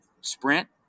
sprint